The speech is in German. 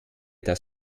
das